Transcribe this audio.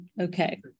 Okay